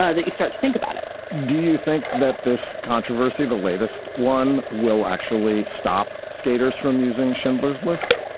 ah that you start to think about it do you think that this controversy, the latest one, will actually stop skaters from using schindler's list?